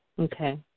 Okay